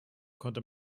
konnte